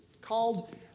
called